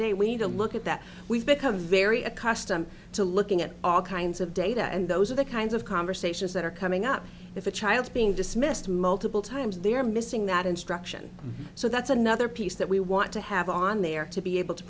day we need to look at that we've become very accustomed to looking at all kinds of data and those are the kinds of conversations that are coming up if a child is being dismissed multiple times they're missing that instruction so that's another piece that we want to have on there to be able to